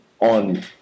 on